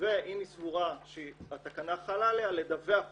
ואם היא סבורה שהתקנה חלה עליה לדווח אותו.